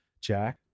Jack